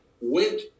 went